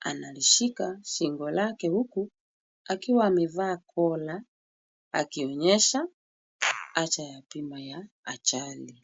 analishika shingo lake huku akiwa amevaa collar akionyesha haja ya bima ya ajali.